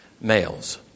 males